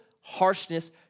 harshness